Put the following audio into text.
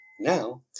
now